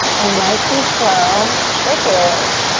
and nice and slow, shake it!